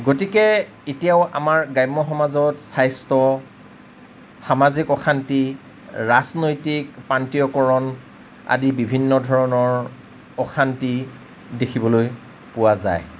গতিকে এতিয়াও আমাৰ গ্ৰাম্য সমাজত স্বাস্থ্য় সামাজিক অশান্তি ৰাজনৈতিক প্ৰান্তীয়কৰণ আদি বিভিন্ন ধৰণৰ অশান্তি দেখিবলৈ পোৱা যায়